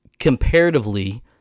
comparatively